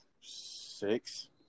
six